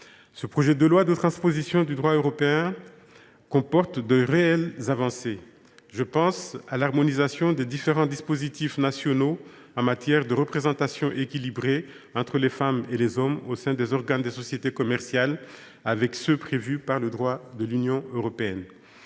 aussi de coordination. Le présent texte comporte de réelles avancées. Je pense à l’harmonisation des différents dispositifs nationaux en matière de représentation équilibrée entre les femmes et les hommes au sein des organes des sociétés commerciales avec ceux qui sont prévus par le droit de l’Union européenne.